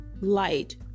light